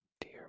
Dear